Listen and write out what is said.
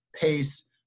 pace